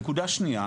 נקודה שניה,